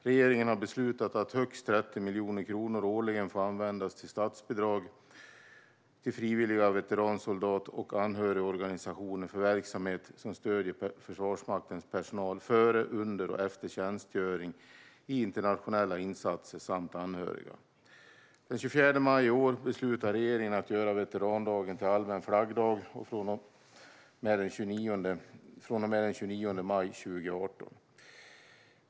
Regeringen har beslutat att högst 30 miljoner kronor årligen får användas till statsbidrag till frivilliga veteransoldat och anhörigorganisationer för verksamhet som stöder Försvarsmaktens personal före, under och efter tjänstgöring i internationella insatser samt anhöriga. Den 24 maj i år beslutade regeringen att göra veterandagen till allmän flaggdag från och med den 29 maj 2018.